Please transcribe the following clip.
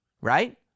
Right